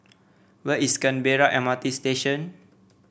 where is Canberra M R T Station